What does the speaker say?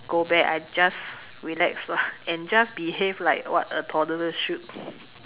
go back I'll just relax lah and just behave like what a toddler should